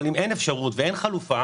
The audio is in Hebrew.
אם אין אפשרות ואין חלופה